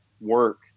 work